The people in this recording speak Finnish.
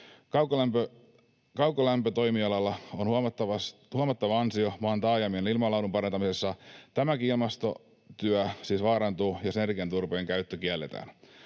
Kaukolämpötoimialalla on huomattava ansio maan taajamien ilmanlaadun parantamisessa. Tämäkin ilmastotyö siis vaarantuu, jos energiaturpeen käyttö kielletään.